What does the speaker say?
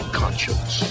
conscience